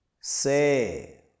Say